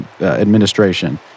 administration